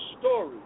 story